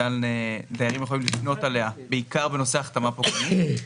דיירים יכולים לפנות אליה בעיקר בנושא החתמה פוגענית,